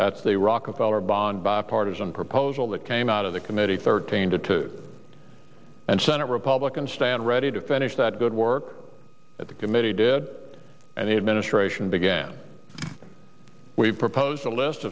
that's the rockefeller bond bipartisan proposal that came out of the committee thirteen to two and senate republicans stand ready to finish that good work that the committee did and the administration began we've proposed a list